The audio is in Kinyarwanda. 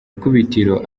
ikubitiro